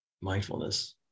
mindfulness